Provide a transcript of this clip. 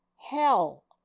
hell